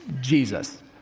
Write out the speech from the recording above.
Jesus